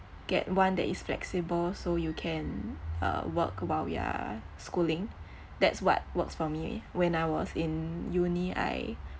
get one that is flexible so you can uh work while you're schooling that's what works for me when I was in uni I